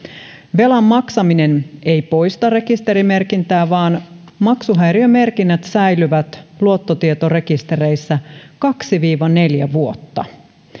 velan maksaminen ei poista rekisterimerkintää vaan maksuhäiriömerkinnät säilyvät luottotietorekistereissä kaksi viiva neljä vuotta